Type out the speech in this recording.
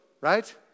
right